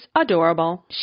adorable